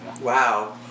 Wow